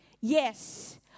Yes